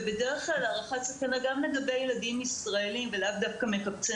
ובדרך כלל הערכת סכנה גם לגבי ילדים ישראליים ולאו דווקא מקבצי